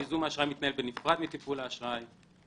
ייזום האשראי מתנהל בנפרד מטיפול האשראי.